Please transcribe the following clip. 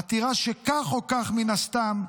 עתירה שכך או כך, מן הסתם,